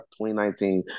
2019